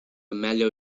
mellow